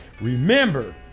Remember